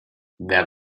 wer